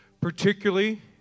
particularly